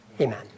amen